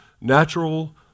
natural